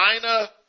China